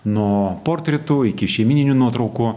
nuo portretų iki šeimyninių nuotraukų